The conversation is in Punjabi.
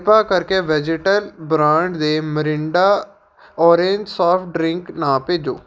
ਕਿਰਪਾ ਕਰਕੇ ਵੈਜੀਟਲ ਬ੍ਰਾਂਡ ਦੇ ਮਰਿੰਡਾ ਔਰੇਂਜ ਸੋਫਟ ਡਰਿੰਕ ਨਾ ਭੇਜੋ